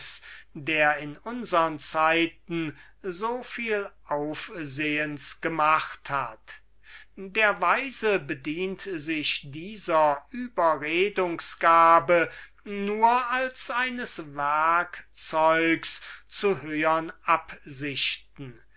der in unsern zeiten so viel aufsehens gemacht hat der weise bedient sich dieser überredungs gabe nur als eines werkzeugs zu höhern absichten